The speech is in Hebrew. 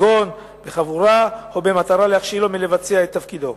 כגון בחבורה, או במטרה להכשילו מלבצע את תפקידו.